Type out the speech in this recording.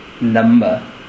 number